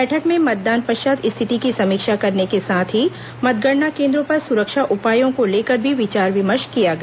बैठक में मतदान पश्चात रिथिति की समीक्षा करने के साथ ही मतगणना केंद्रों पर सुरक्षा उपायों को लेकर भी विचार विमर्श किया गया